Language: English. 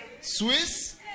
Swiss